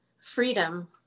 Freedom